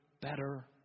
better